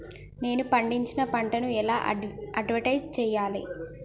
నేను పండించిన పంటను ఎలా అడ్వటైస్ చెయ్యాలే?